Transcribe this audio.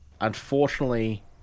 Unfortunately